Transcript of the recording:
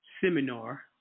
seminar